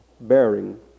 bearing